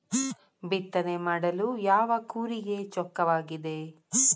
ಬಿತ್ತನೆ ಮಾಡಲು ಯಾವ ಕೂರಿಗೆ ಚೊಕ್ಕವಾಗಿದೆ?